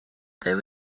there